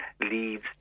leads